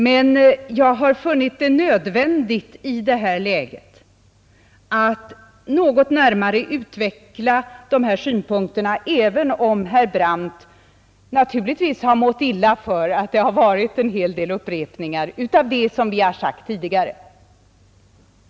Men jag har i detta läge funnit det nödvändigt att något närmare utveckla dessa synpunkter, även om herr Brandt naturligtvis har mått illa av att jag här har upprepat en del av vad som sagts tidigare.